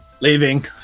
Leaving